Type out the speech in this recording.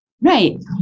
Right